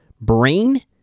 brain